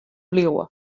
bliuwe